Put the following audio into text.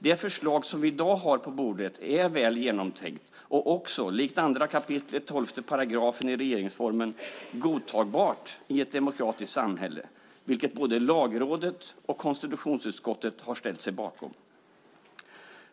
Det förslag som vi i dag har på bordet är väl genomtänkt och också, likt 2 kap. 12 § regeringsformen, godtagbart i ett demokratiskt samhälle, vilket både Lagrådet och konstitutionsutskottet har ställt sig bakom.